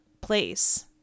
place